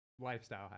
lifestyle